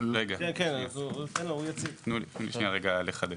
תנו לי לחדד.